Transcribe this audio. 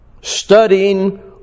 Studying